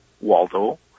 Waldo